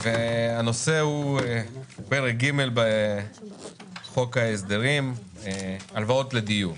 הנושא הוא פרק ג' בחוק ההסדרים, הלוואות לדיור.